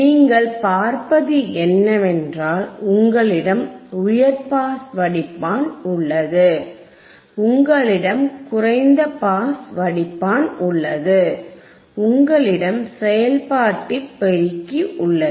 நீங்கள் பார்ப்பது என்னவென்றால் உங்களிடம் உயர் பாஸ் வடிப்பான் உள்ளது உங்களிடம் குறைந்த பாஸ் வடிப்பான் உள்ளது உங்களிடம் செயல்பாட்டு பெருக்கி உள்ளது